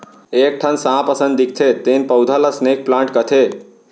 एक ठन सांप असन दिखथे तेन पउधा ल स्नेक प्लांट कथें